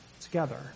together